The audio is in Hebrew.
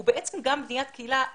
שהוא בעצם בניית קהילה,